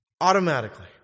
Automatically